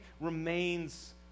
remains